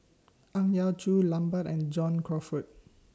Ang Yau Choon Lambert and John Crawfurd